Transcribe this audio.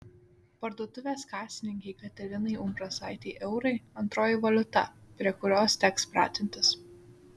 parduotuvės kasininkei katerinai umbrasaitei eurai antroji valiuta prie kurios teks pratintis